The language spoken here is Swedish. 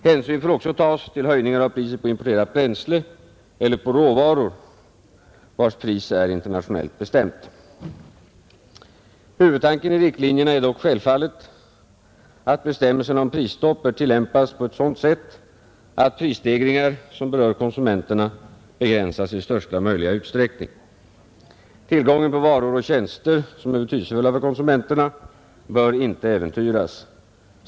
Hänsyn får också tagas till höjningar av priset på importerat bränsle eller på råvaror, vilkas pris är internationellt bestämt. Huvudtanken i riktlinjerna är dock självfallet, att bestämmelserna om prisstopp bör tillämpas på ett sådant sätt att prisstegringar, som berör konsumenterna, begränsas i största möjliga utsträckning. Tillgången på varor och tjänster, som är betydelsefulla för konsumenterna, bör inte äventyras.